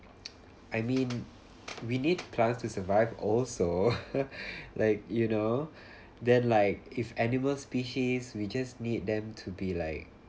I mean we need plants to survive also like you know then like if animal species we just need them to be like